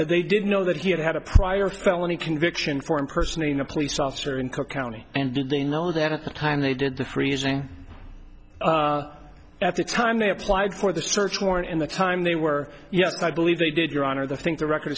they they did know that he had had a prior felony conviction for impersonating a police officer in cook county and they know that at the time they did the freezing at the time they applied for the search warrant in the time they were yes i believe they did your honor the think the record